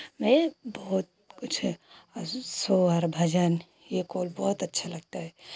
मैं बहुत कुछ सोहर भजन ये कॉल बहुत अच्छा लगता है